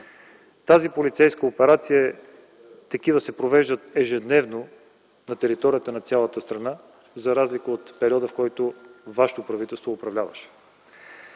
Такива полицейски операции се провеждат ежедневно на територията на цялата страна, за разлика от периода, в който вашето правителство управляваше.